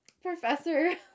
Professor